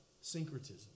syncretism